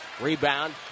Rebound